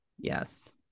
Yes